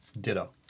Ditto